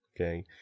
okay